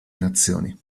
nazioni